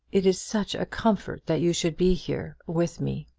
it is such a comfort that you should be here with me,